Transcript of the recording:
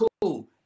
cool